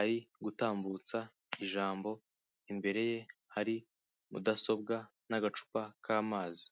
ari gutambutsa ijambo, imbere ye hari mudasobwa n'agacupa k'amazi.